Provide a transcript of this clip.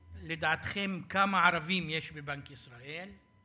לדעתכם, כמה ערבים יש בבנק ישראל?